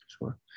Sure